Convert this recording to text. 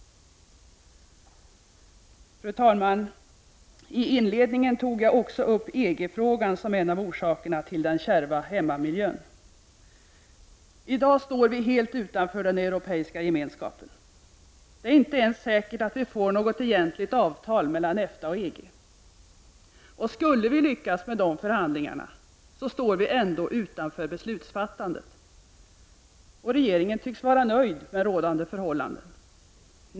Fru talman! I inledningen tog jag också upp EG-frågan som en av orsakerna till den kärva hemmamiljön. I dag står vi helt utanför den europeiska gemenskapen. Det är inte ens säkert att vi får något egentligt avtal mellan EFTA och EG. Skulle vi lyckas med de förhandlingarna står vi ändå utanför beslutsfattandet. Regeringen tycks vara nöjd med rådande förhållanden.